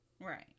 Right